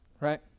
right